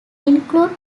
include